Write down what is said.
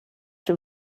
dem